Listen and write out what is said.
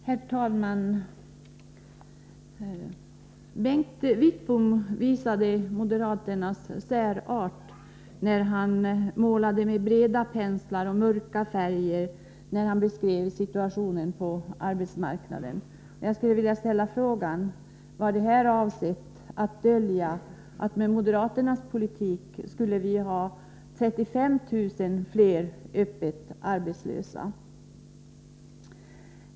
Herr talman! Bengt Wittbom visade moderaternas särart, när han med breda penslar och mörka färger målade upp situationen på arbetsmarknaden. Jag skulle vilja ställa frågan: Var det avsett att dölja att vi med moderaternas politik skulle ha 35 000 fler öppet arbetslösa?